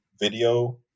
video